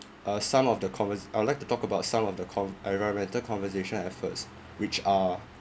uh some of the convers~ I would like to talk about some of the conv~ environmental conservation efforts which are